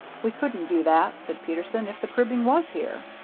we couldn't do that, said peterson, if the cribbing was here.